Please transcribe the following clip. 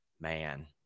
man